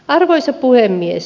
arvoisa puhemies